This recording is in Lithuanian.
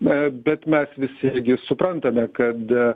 na bet mes visi irgi suprantame kad